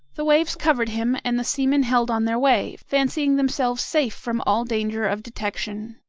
the waves covered him, and the seamen held on their way, fancying themselves safe from all danger of detection.